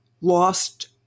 lost